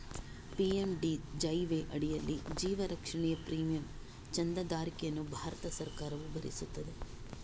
PMJDY ಅಡಿಯಲ್ಲಿ ಜೀವ ರಕ್ಷಣೆಯ ಪ್ರೀಮಿಯಂ ಚಂದಾದಾರಿಕೆಯನ್ನು ಭಾರತ ಸರ್ಕಾರವು ಭರಿಸುತ್ತದೆ